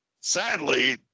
sadly